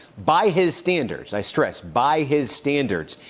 by his standards, i stress, by his standards,